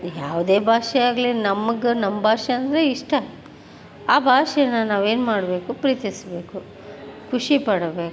ಯಾವುದೇ ಭಾಷೆ ಆಗಲಿ ನಮಗೆ ನಮ್ಮ ಭಾಷೆ ಅಂದರೆ ಇಷ್ಟ ಆ ಭಾಷೆಯನ್ನ ನಾವೇನು ಮಾಡಬೇಕು ಪ್ರೀತಿಸಬೇಕು ಖುಷಿಪಡಬೇಕು